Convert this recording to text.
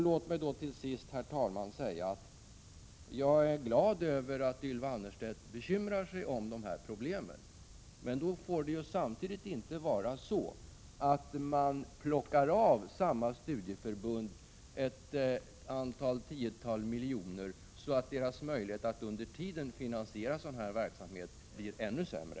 Låt mig till sist, herr talman, säga att jag är glad över att Ylva Annerstedt bekymrar sig över dessa problem. Men man får inte samtidigt plocka av samma studieförbund ett antal tiotal miljoner, så att deras möjligheter att under tiden finansiera sådan här verksamhet blir ännu sämre.